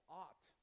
ought